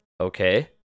Okay